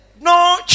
No